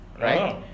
Right